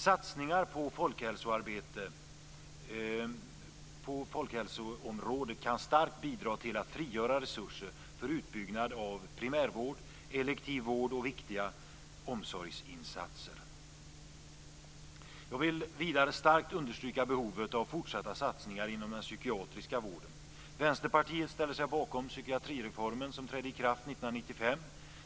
Satsningar på folkhälsoområdet kan starkt bidra till att frigöra resurser för utbyggnad av primärvård, elektiv vård och viktiga omsorgsinsatser. Jag vill vidare starkt understryka behovet av fortsatta satsningar inom den psykiatriska vården. Vänsterpartiet ställer sig bakom psykiatrireformen som trädde i kraft 1995.